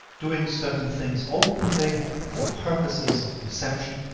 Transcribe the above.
doing certain things openly for purposes of deception,